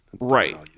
Right